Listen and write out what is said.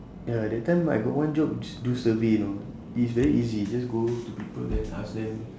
ya that time I got one job d~ do survey you know is very easy just go to people then ask them